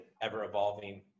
ever-evolving